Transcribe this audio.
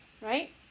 right